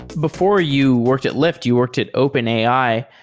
before you worked at lyft, you worked at openai.